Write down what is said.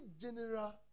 general